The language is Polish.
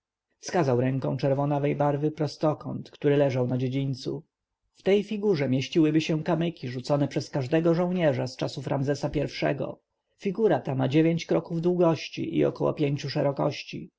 wskazał ręką czerwonawej barwy prostokąt który leżał na dziedzińcu w tej figurze mieściłyby się kamyki rzucone przez każdego żołnierza z czasów ramzesa i-go figura ta ma dziewięć kroków długości i około pięciu szerokości